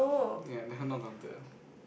ya that one not counted ah